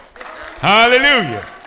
Hallelujah